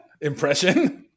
Impression